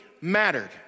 mattered